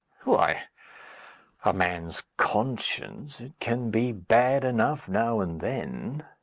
why a man's conscience it can be bad enough now and then.